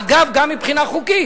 אגב, גם מבחינה חוקית.